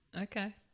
Okay